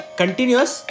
continuous